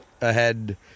Ahead